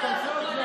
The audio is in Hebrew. אני